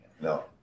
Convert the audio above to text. No